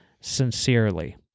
sincerely